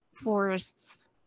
forests